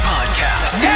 Podcast